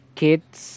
kids